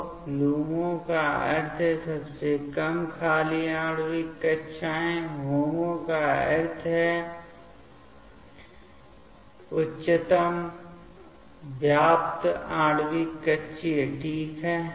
तो LUMO का अर्थ है सबसे कम खाली आणविक कक्षीय और HOMO का अर्थ है उच्चतम व्याप्त आणविक कक्षीय ठीक है